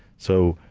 so,